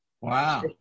Wow